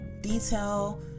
detail